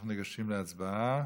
אנחנו ניגשים להצבעה.